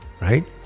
right